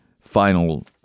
final